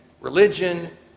Religion